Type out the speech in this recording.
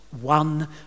one